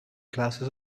glasses